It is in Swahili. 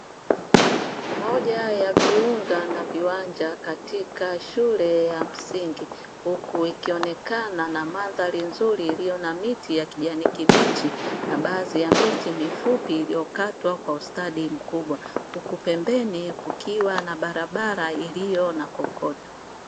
Moja ya viunga na viwanja katika shule ya msingi huku ikionekana na mandhari nzuri iliyo na miti ya kijani kibichi, na baadhi ya miti mifupi iliyokatwa kwa ustadi mkubwa, huku pembeni kukiwa na barabara iliyo na kokoto.